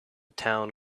town